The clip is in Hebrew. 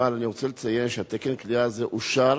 אבל אני רוצה לציין שתקן הכליאה הזה אושר